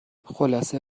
خلاصه